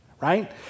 right